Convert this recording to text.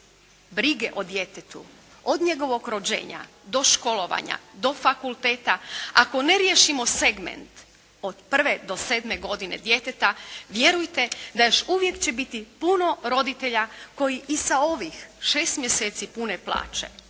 brige o djetetu, od njegovog rođenja do školovanja, do fakulteta, ako ne riješimo segment od prve do sedme godine djeteta vjerujte da još uvijek će biti puno roditelja koji i sa ovih 6 mjeseci pune plaće